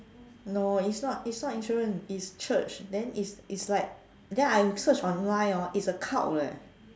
no it's not it's not insurance it's church then it's it's like then I search online hor it's a cult leh